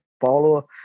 Paulo